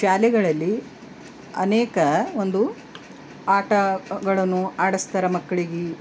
ಶಾಲೆಗಳಲ್ಲಿ ಅನೇಕ ಒಂದು ಆಟ ಗಳನ್ನು ಆಡಿಸ್ತಾರ ಮಕ್ಳಿಗೆ